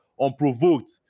unprovoked